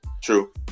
True